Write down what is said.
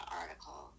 article